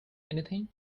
anything